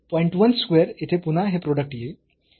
1 square येथे पुन्हा हे प्रोडक्ट येईल आणि 0